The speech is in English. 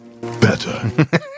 better